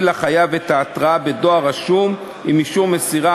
לחייב את ההתראה בדואר רשום עם אישור מסירה,